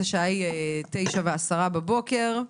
השעה היא 9:10 בבוקר.